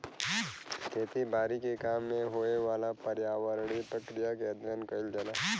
खेती बारी के काम में होए वाला पर्यावरणीय प्रक्रिया के अध्ययन कइल जाला